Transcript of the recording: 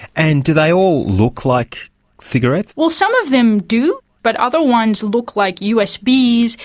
and do they all look like cigarettes? well, some of them do, but other ones look like usbs.